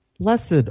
Blessed